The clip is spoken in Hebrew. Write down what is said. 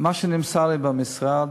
מה שנמסר לי במשרד,